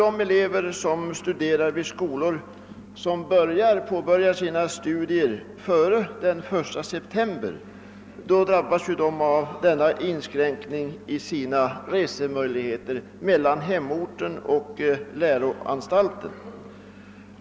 De elever som studerar vid skolor där undervisningen börjar före den 1 september drabbas således av denna inskränkning när det gäller resor från hemorten till läroanstalten.